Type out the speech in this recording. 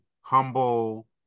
humble